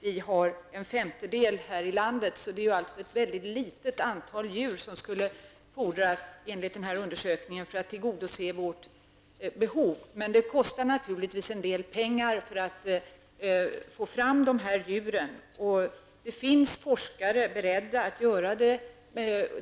Vi har en femtedel av detta antal här i landet, och det är alltså enligt den gjorda undersökningen ett mycket litet antal djur som skulle fordras för att tillgodose vårt behov. Men det kostar naturligtvis en del pengar att få fram dessa djur. Det finns forskare som är beredda att göra det.